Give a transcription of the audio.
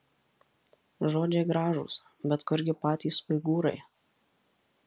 žodžiai gražūs bet kurgi patys uigūrai